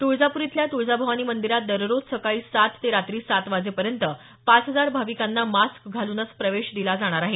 तुळजापूर इथल्या तुळजाभवानी मंदिरात दररोज सकाळी सात ते रात्री सात वाजेपर्यंत पाच हजार भाविकांना मास्क घालूनच प्रवेश दिला जाणार आहे